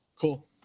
cool